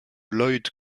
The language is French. lloyd